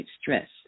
stress